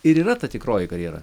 ir yra ta tikroji karjera